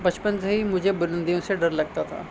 بچپن سے ہی مجھے بلندیوں سے ڈر لگتا تھا